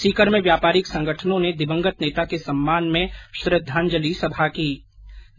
सीकर में व्यापारिक संगठनों ने दिवंगत नेता के सम्मान में श्रद्वांजलि सभा हुई